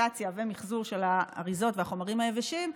קומפוסטציה ומחזור של האריזות והחומרים היבשים,